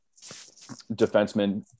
defenseman